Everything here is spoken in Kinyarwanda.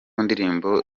ndirimbo